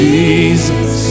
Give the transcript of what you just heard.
Jesus